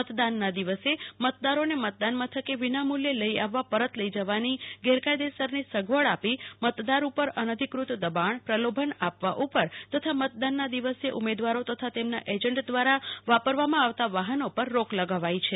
મતદાનના દિવસે મતદારોને મતદાન મથકે વિનામૂલ્યે લઇ આવવા પરત લઈ જવાની ગેરકાયદેસરની સગવડ આપી મતદારની ઉપર અનધિકૃત દબાણ પ્રલોભન આપવા ઉપર તથા મતદાનના દિવસે ઉમેદવારો તથા તેમના એજન્ટ દ્વારા વાપરવામાં આવતા વાહનો પર રોક લગાવાઇ છે